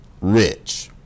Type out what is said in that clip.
rich